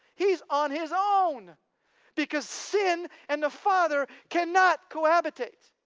he's on his own because sin and the father cannot cohabitate.